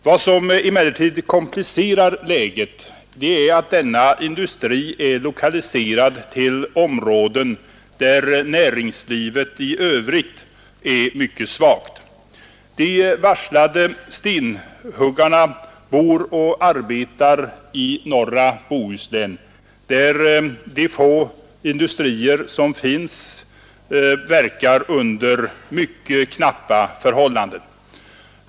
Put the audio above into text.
Vad som emellertid komplicerar läget är att denna industri är lokaliserad till områden där näringslivet i övrigt är mycket svagt. De stenhuggare, för vilka varsel utfärdats, bor och arbetar i norra Bohuslän. De få industrier som finns där arbetar under mycket knappa förhållanden.